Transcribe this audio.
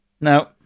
No